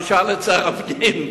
תשאל את שר הפנים,